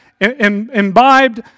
imbibed